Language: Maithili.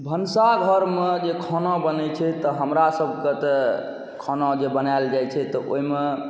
भनसाघरमे जे खाना बनै छै तऽ हमरासबके तऽ खाना जे बनाएल जाइ छै तऽ ओहिमे